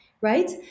Right